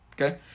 okay